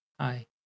Hi